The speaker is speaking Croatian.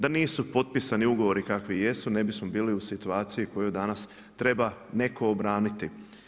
Da nisu potpisani ugovori kakvi jesu ne bismo bili u situaciji koju danas treba netko obraniti.